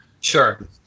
Sure